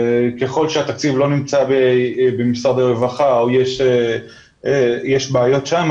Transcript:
ככל שהתקציב לא נמצא במשרד הרווחה או שיש בעיות שם,